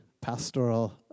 pastoral